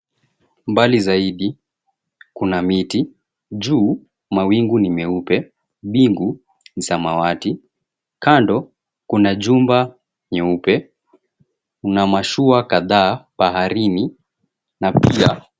Mbali zaidi kuna miti, juu mawingu ni meupe, mbingu ni samawati, kando kuna jumba nyeupe kuna mashua kadhaa baharini na pia.